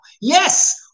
Yes